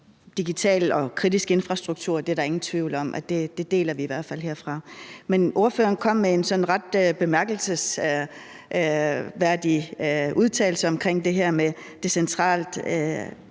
digital og kritisk infrastruktur er der i hvert fald ingen tvivl om vi deler herfra. Men ordføreren kom med en sådan ret bemærkelsesværdig udtalelse omkring det her med det centrale